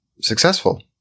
successful